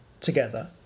together